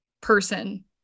person